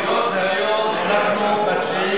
היות שהיום 9 בחודש,